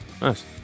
nice